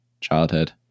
childhood